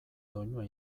doinua